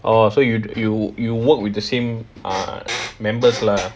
oh so yo~ yo~ you work with the same uh members lah